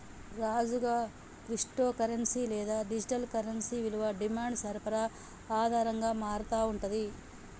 రాజుగా, crypto currency లేదా digital currency విలువ డిమాండ్ సరఫరా ఆధారంగా మారతా ఉంటుంది